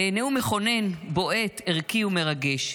נאום מכונן, בועט, ערכי ומרגש.